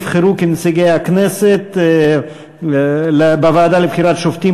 נבחרו כנציגי הכנסת בוועדה לבחירת שופטים